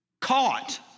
Caught